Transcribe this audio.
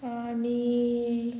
आनी